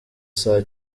saa